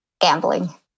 gambling